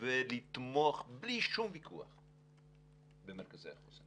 ולתמוך בלי שום ויכוח במרכזי החוסן.